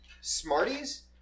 Smarties